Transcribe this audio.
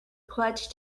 clutch